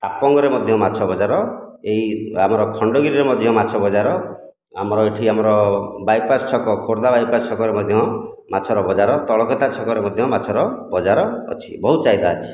ତାପଙ୍ଗରେ ମଧ୍ୟ ମାଛ ବଜାର ଏହି ଆମର ଖଣ୍ଡଗିରିରେ ମଧ୍ୟ ମାଛ ବଜାର ଆମର ଏଠି ଆମର ବାଇ ପାସ୍ ଛକ ଖୋର୍ଦ୍ଧା ବାଇ ପାସ୍ ଛକରେ ମଧ୍ୟ ମାଛର ବଜାର ତଳକତା ଛକରେ ମଧ୍ୟ ମାଛର ବଜାର ଅଛି ବହୁତ ଚାହିଦା ଅଛି